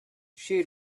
she